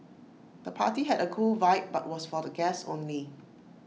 the party had A cool vibe but was for guests only